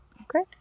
Okay